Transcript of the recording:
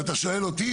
ואם אתה שואל אותי,